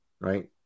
Right